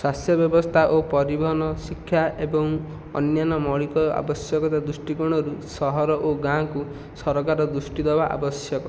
ସ୍ୱାସ୍ଥ୍ୟ ବ୍ୟବସ୍ଥା ଓ ପରିବହନ ଶିକ୍ଷା ଏବଂ ଅନ୍ୟାନ୍ୟ ମୌଳିକ ଆବଶ୍ୟକତା ଦୃଷ୍ଟିକୋଣରୁ ସହର ଓ ଗାଁକୁ ସରକାର ଦୃଷ୍ଟି ଦେବା ଆବଶ୍ୟକ